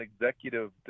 executive